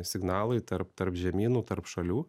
signalai tarp tarp žemynų tarp šalių